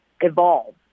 evolve